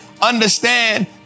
Understand